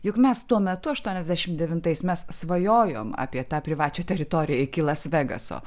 juk mes tuo metu aštuoniasdešim devintais mes svajojom apie tą privačią teritoriją iki las vegaso